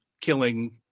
killing